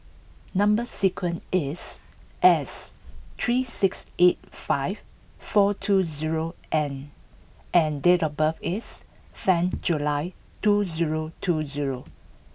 number sequence is S three six eight five four two zero N and date of birth is ten July two zero two zero